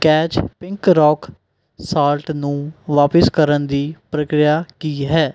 catch pink rock salt ਨੂੰ ਵਾਪਸ ਕਰਨ ਦੀ ਪ੍ਰਕਿਰਿਆ ਕੀ ਹੈ